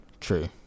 True